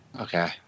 Okay